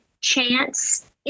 Chance